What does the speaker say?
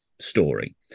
story